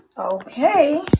Okay